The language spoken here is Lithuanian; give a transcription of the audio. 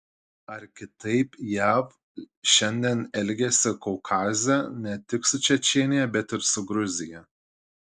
ar kitaip jav šiandien elgiasi kaukaze ne tik su čečėnija bet ir su gruzija